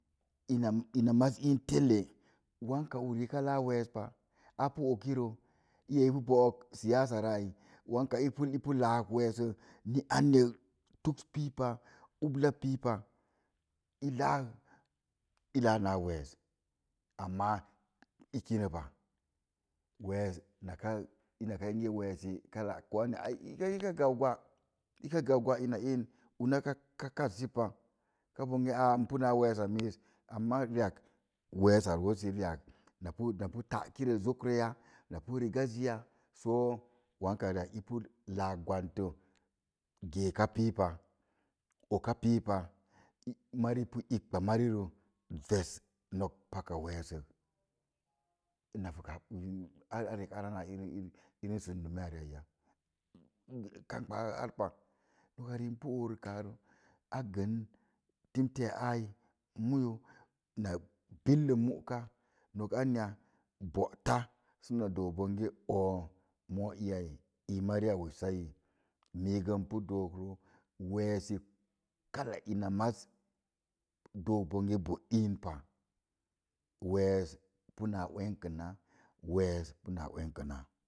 Ina ina maz iin telle, wanka uri ka laa weespa, apu okiro, iya ipu bo'ok siyasa rə ai, wanka ipu ipu laak wasə ni anyak, tuks piipa ubla piipa, i laa i laa na wees, ammaa i kinəpa. Wees naka inaka inge weesi kala ko anya ai gan gwa, ika gau gwa ina iin, una ka kassipa, ka bonge npa naa wees a miis, ammaa ri'ak weesa roosi ri'ak napu napu ta'kirə zok rəya, napu rigaziya so wanka ri'ak ipu laak gwantə, geeka piipa, oka piipa, i, marii pu ibpa marirə ves nok paka weesək arek ara naa irəm sundume a riai ya, kambpa arpa. Noka riik npu orəkaa rə, a gən timteya ai mayo, na billə mu'ka nok anmya bo'ta səna doo bonge o̱o̱ moo iyai ii mariya wessai yi. Mil gə npu dookrə, weesi ina maz doog bonge ɓo iinpa, wees puna uekəna wees puna uenkəna.